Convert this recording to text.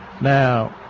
Now